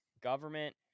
government